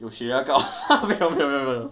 有血压高 没有没有没有没有